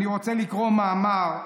אני רוצה לקרוא מאמר,